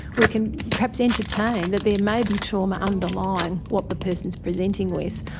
we can perhaps entertain that there may be trauma underlying what the person is presenting with,